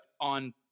on